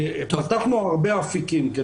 פתחנו הרבה אפיקים.